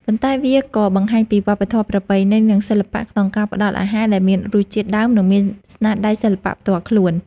ប៉ុន្តែវាក៏បង្ហាញពីវប្បធម៌ប្រពៃណី និងសិល្បៈក្នុងការផ្ដល់អាហារដែលមានរសជាតិដើម និងមានស្នាដៃសិល្បៈផ្ទាល់ខ្លួន។